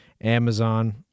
Amazon